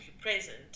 present